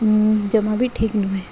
ଜମା ବି ଠିକ ନୁହେଁ